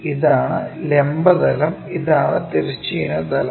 ഇതാണ് ലംബ തലം ഇതാണ് തിരശ്ചീന തലം